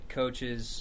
coaches